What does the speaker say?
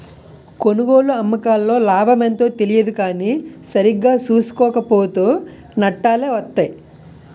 కొనుగోలు, అమ్మకాల్లో లాభమెంతో తెలియదు కానీ సరిగా సూసుకోక పోతో నట్టాలే వొత్తయ్